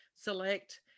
select